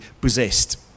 possessed